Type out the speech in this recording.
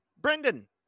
Brendan